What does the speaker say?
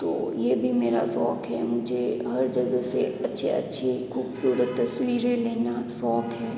तो यह भी मेरा शौक है मुझे हर जगह से अच्छे अच्छी खूबसूरत तस्वीरें लेना शौक है